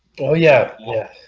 oh, yeah, yeah